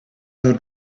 your